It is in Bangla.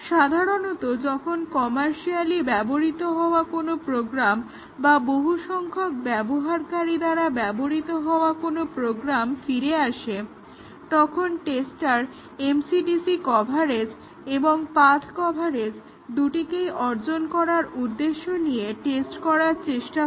সাধারণত যখন কমার্শিয়ালি ব্যবহৃত হওয়া কোনো প্রোগ্রাম বা বহুসংখ্যক ব্যবহারকারী দ্বারা ব্যবহৃত হওয়া কোনো প্রোগ্রাম ফিরে আসে তখন টেস্টার MCDC কভারেজ এবং পাথ্ কভারেজ দুটিকেই অর্জন করার উদ্দেশ্য নিয়ে টেস্ট করার চেষ্টা করে